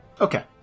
Okay